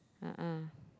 a'ah